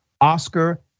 Oscar